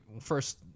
first